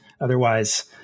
Otherwise